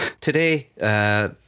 today